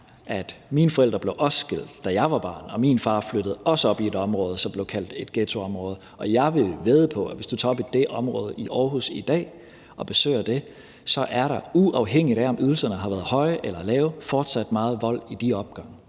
at mine forældre også blev skilt, da jeg var barn, og min far flyttede også op i et område, som blev kaldt et ghettoområde, og jeg vil vædde på, at der, hvis du tager op i det område i Aarhus i dag og besøger det, uafhængigt af om ydelserne har været høje eller lave, fortsat er meget vold i de opgange.